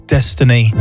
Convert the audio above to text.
Destiny